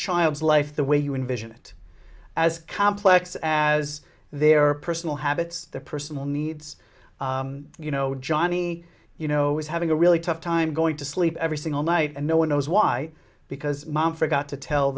child's life the way you envision it as complex as their personal habits their personal needs you know johnny you know is having a really tough time going to sleep every single night and no one knows why because mom forgot to tell